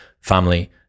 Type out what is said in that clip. family